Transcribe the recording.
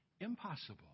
impossible